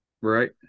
Right